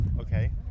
Okay